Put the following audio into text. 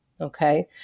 Okay